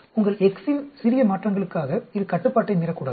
உங்கள் x இன் சிறிய மாற்றங்களுக்காக இது கட்டுப்பாட்டை மீறக்கூடாது